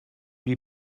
lui